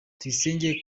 tuyisenge